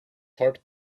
heart